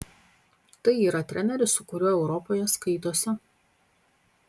tai yra treneris su kuriuo europoje skaitosi